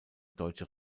deutsche